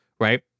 right